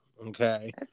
Okay